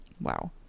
Wow